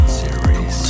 series